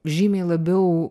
žymiai labiau